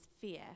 fear